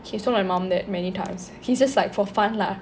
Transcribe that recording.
he has told my mum that many times he's just like for fun lah